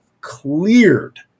cleared